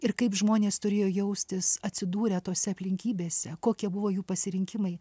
ir kaip žmonės turėjo jaustis atsidūrę tose aplinkybėse kokie buvo jų pasirinkimai